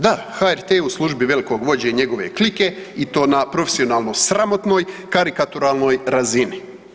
Da, HRT je u službi velikog vođe i njegove klike i to na profesionalno sramotnoj, karikaturalnoj razini.